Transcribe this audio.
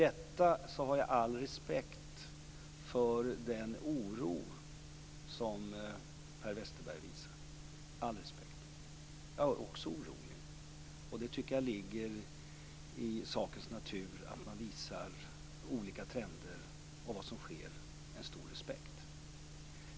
Jag har all respekt för den oro som Per Westerberg visar - all respekt. Jag är också orolig. Jag tycker att det ligger i sakens natur att man visar olika trender och olika saker som sker en stor respekt.